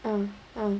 uh uh